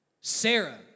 Sarah